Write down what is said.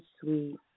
sweet